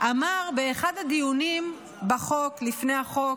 אמר באחד הדיונים בחוק, לפני החוק,